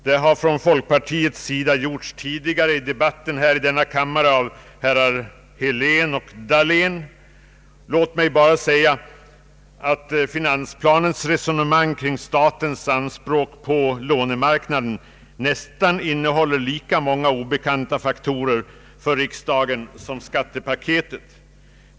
Det har från folkpartiets sida gjorts tidigare i debatten här i denna kammare av herrar Helén och Dahlén. Låt mig bara säga att finansplanens resonemang kring statens anspråk på lånemarknaden nästan innehåller lika många obekanta faktorer för riksdagen som skattepaketet.